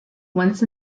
once